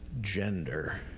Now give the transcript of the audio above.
gender